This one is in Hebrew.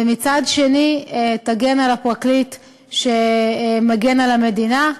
ומצד שני תגן על הפרקליט שמגן על המדינה,